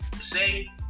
say